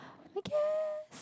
I guess